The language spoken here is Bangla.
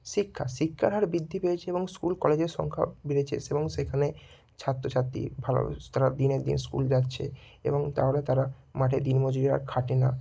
শিক্ষা শিক্ষার হার বৃদ্ধি পেয়েছে এবং স্কুল কলেজের সংখ্যা বেড়েছে এবং সেখানে ছাত্রছাত্রী ভালো তারা দিনের দিন স্কুল যাচ্ছে এবং তারও তারা মাঠে দিনমজুর হয়ে আর খাটে না